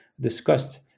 discussed